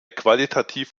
qualitativ